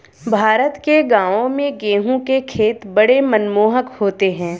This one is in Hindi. भारत के गांवों में गेहूं के खेत बड़े मनमोहक होते हैं